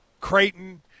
Creighton